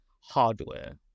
hardware